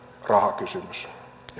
rahakysymys